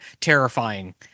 terrifying